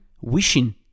wishing